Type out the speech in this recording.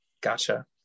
Gotcha